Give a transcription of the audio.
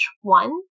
one